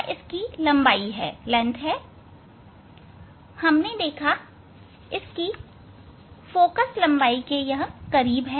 यह इसकी लंबाई है हमने देखा है कि यह फोकल लंबाई के करीब है